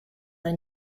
hij